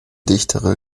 dichtere